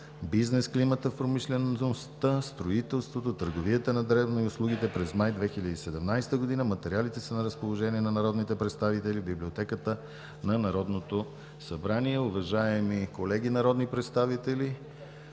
бизнес климата в промишлеността, строителството, търговията на дребно и услугите през май 2017 г. Материалите са на разположение на народните представители в Библиотеката на Народното събрание. Уважаеми колеги народни представители,